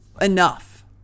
enough